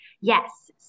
Yes